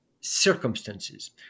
circumstances